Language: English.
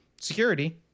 security